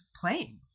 playing